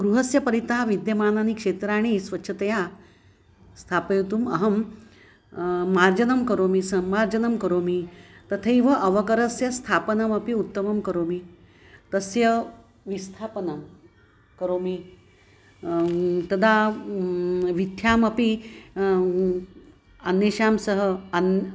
गृहस्य परितः विद्यमानानि क्षेत्राणि स्वच्छतया स्थापयितुम् अहं मार्जनं करोमि सम्मार्जनं करोमि तथैव अवकरस्य स्थापनमपि उत्तमं करोमि तस्य विस्थापनं करोमि तदा वीथ्यामपि अन्येषां सह अन्य